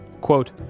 Quote